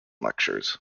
lectures